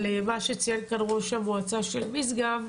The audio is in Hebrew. על מה שציין כאן ראש המועצה של משגב.